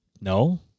no